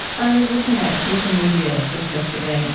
i was looking at wikimedia just yesterday. and